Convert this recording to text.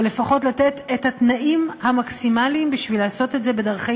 או לפחות לתת את התנאים המקסימליים בשביל לעשות את זה בדרכי